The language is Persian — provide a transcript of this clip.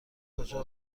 کجا